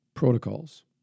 protocols